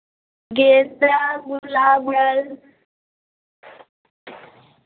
गेंदा गुलाब है